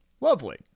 Lovely